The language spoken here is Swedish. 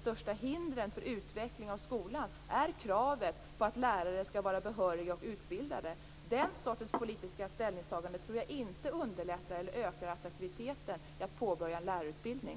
största hindren för utveckling av skolan är kravet på att lärare skall vara behöriga och utbildade. Den sortens politiska ställningstaganden tror jag inte underlättar eller ökar attraktiviteten i att påbörja en lärarutbildning.